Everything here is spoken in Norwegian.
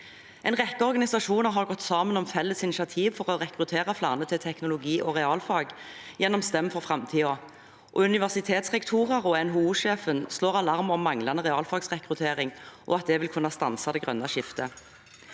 En rekke organisasjoner har gått sammen om felles initiativ for å rekruttere flere til teknologi og realfag gjennom STEM for fremtiden, og universitetsrektorer og NHO-sjefen slår alarm om manglende realfagsrekruttering og at det vil kunne stanse det grønne skiftet.